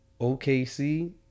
OKC